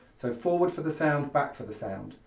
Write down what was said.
so forward for the sound, back for the sound.